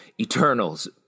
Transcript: Eternals